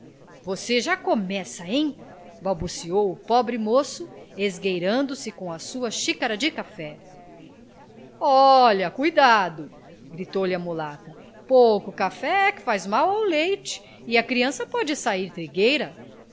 você já começa hein balbuciou o pobre moço esgueirando se com a sua xícara de café olha cuidado gritou-lhe a mulata pouco café que faz mal ao leite e a criança pode sair trigueira